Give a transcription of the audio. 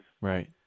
Right